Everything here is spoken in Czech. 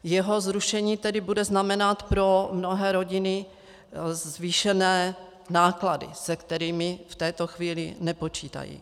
Jeho zrušení tedy bude znamenat pro mnohé rodiny zvýšené náklady, se kterými v této chvíli nepočítají.